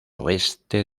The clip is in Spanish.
oeste